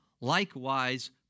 likewise